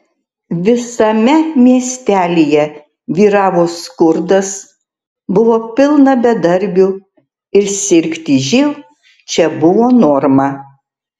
visame miestelyje vyravo skurdas buvo pilna bedarbių ir sirgti živ čia buvo norma